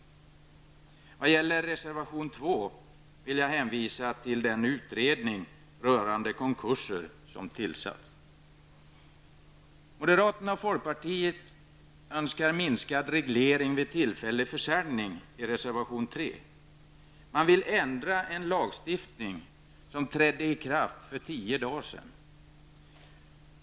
När det gäller reservation 2 vill jag hänvisa till den utredning rörande konkurser som tillsatts. Moderaterna och folkpartiet önskar enligt reservation 3 minskad reglering vid tillfällig försäljning. De vill ändra en lagstiftning som trädde i kraft för tio dagar sedan.